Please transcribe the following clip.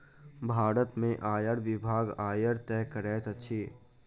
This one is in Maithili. भारत में आयकर विभाग, आयकर तय करैत अछि